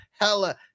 hella